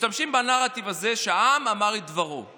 משתמשים בנרטיב הזה שהעם אמר את דברו.